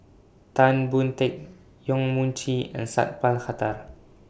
Tan Boon Teik Yong Mun Chee and Sat Pal Khattar